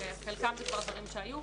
שחלקם זה כבר דברים שהיו,